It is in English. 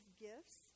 gifts